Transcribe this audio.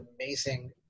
amazing